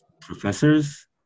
professors